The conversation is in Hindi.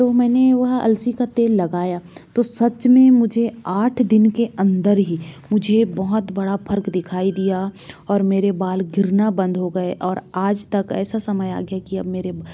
तो मैंने वह अलसी का तेल लगाया तो सच में मुझे आठ दिन के अंदर ही मुझे बहुत बड़ा फ़र्क दिखाई दिया और मेरे बाल गिरना बंद हो गए और आज तक ऐसा समय आ गया कि अब मेरे